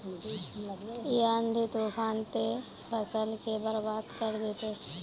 इ आँधी तूफान ते फसल के बर्बाद कर देते?